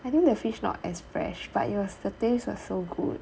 I think the fish not as fresh but it was the taste was so good